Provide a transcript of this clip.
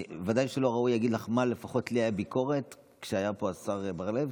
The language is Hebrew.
ודאי לא ראוי להגיד לך מה לפחות לי הייתה הביקורת כשהיה פה השר בר לב,